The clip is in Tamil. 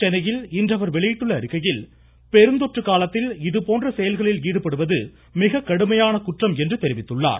சென்னையில் இன்று அவர் வெளியிட்டுள்ள அறிக்கையில் பெருந்தொற்று காலத்தில் இதுபோன்ற செயல்களில் ஈடுபடுவது மிகக்கடுமையான குற்றம் என்று தெரிவித்துள்ளார்